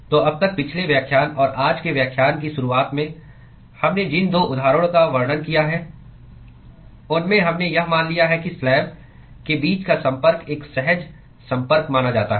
तो अब तक पिछले व्याख्यान और आज के व्याख्यान की शुरुआत में हमने जिन दो उदाहरणों का वर्णन किया है उनमें हमने यह मान लिया है कि स्लैब के बीच का संपर्क एक सहज संपर्क माना जाता है